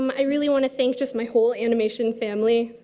um i really wanna thank just my whole animation family.